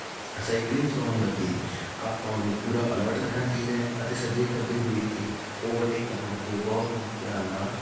cycling ਚਲਾਉਣ ਲੱਗੇ ਆਪਾਂ ਨੂੰ ਪੂਰਾ ਅਲਰਟ ਰਹਿਣਾ ਚਾਹੀਦਾ ਹੈ ਅਤੇ ਸੱਜੇ ਖੱਬੇ ਦੇਖ ਕੇ ਓਵਰਟੇਕ ਕਰਨ ਲੱਗੇ ਬਹੁਤ ਹੀ ਧਿਆਨ ਨਾਲ